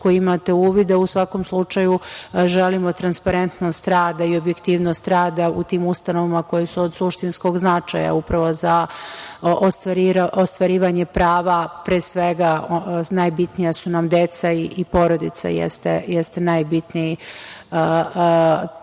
koji imate uvida. U svakom slučaju, želimo transparentnost rada i objektivnost rada u tim ustanovama koje su od suštinskog značaja upravo za ostvarivanje prava, pre svega najbitnija su nam deca i porodica jeste najbitnija